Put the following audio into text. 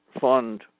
fund